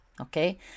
okay